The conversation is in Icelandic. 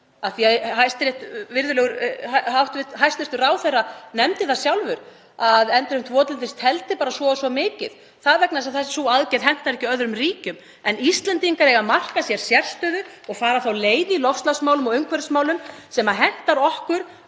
farveg. Hæstv. ráðherra nefndi það sjálfur að endurheimt votlendis teldi bara svo og svo mikið. Það er vegna þess að sú aðgerð hentar ekki öðrum ríkjum. Íslendingar eiga að marka sér sérstöðu og fara þá leið í loftslagsmálum og umhverfismálum sem hentar okkur,